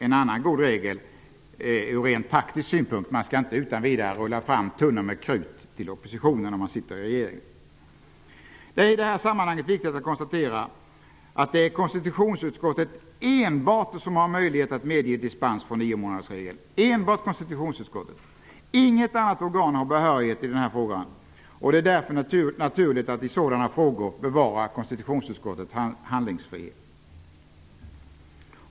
En annan god regel från rent taktisk synpunkt är att man inte skall rulla fram tunnan med krut till oppositionen när man sitter i regeringen. Det är i detta sammanhang viktigt att konstatera att enbart konstitutionsutskottet har möjlighet att medge dispens från niomånadersregeln. Inget annat organ har behörighet i den frågan. Det är därför naturligt att i sådana frågor bevara konstitutionsutskottets handlingsfrihet.